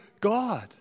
God